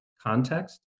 context